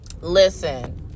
Listen